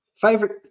Favorite